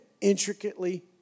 intricately